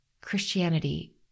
Christianity